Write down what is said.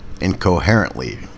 incoherently